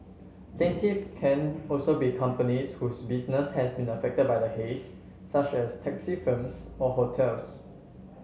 plaintiff can also be companies whose business has been affected by the haze such as taxi firms or hotels